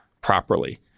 properly